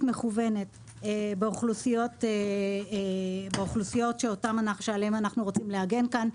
מכוונת באוכלוסיות שעליהן אנחנו רוצים להגן כאן,